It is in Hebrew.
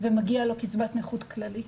ומגיעה לו קצבת נכות כללית.